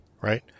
right